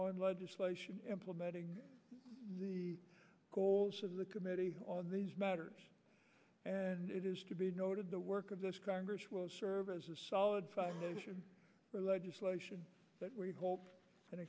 on legislation implementing the goals of the committee on these matters and it is to be noted the work of this congress will serve as a solid foundation for legislation that we hope and